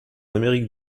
amérique